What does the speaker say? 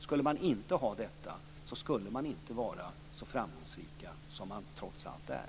Skulle man inte ha detta skulle man inte vara så framgångsrik som man trots allt är.